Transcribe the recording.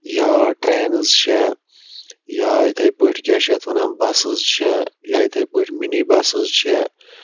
یا ٹرینٔز چھےٚ یا یِتھٕے پٲٹھۍ کیاہ چھِ یَتھ وَنان بَسٔز چھےٚ یا یِتھے پٲٹھۍ مِنی بَسٔز چھےٚ